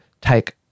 take